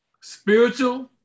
spiritual